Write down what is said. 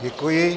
Děkuji.